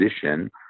position